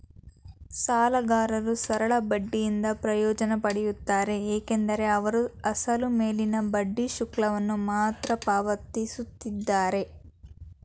ಸಾಲಗಾರರು ಸರಳ ಬಡ್ಡಿಯಿಂದ ಪ್ರಯೋಜನ ಪಡೆಯುತ್ತಾರೆ ಏಕೆಂದರೆ ಅವರು ಅಸಲು ಮೇಲಿನ ಬಡ್ಡಿ ಶುಲ್ಕವನ್ನು ಮಾತ್ರ ಪಾವತಿಸುತ್ತಿದ್ದಾರೆ